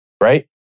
right